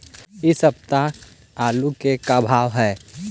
इ सप्ताह आलू के का भाव है?